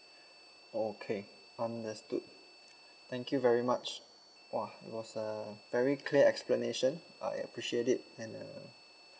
okay understood thank you very much !wah! it was a very clear explanation uh I appreciate it and uh